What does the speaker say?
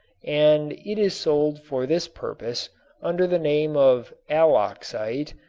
and it is sold for this purpose under the name of aloxite,